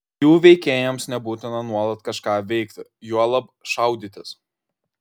jų veikėjams nebūtina nuolat kažką veikti juolab šaudytis